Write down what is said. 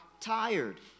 tired